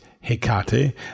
hecate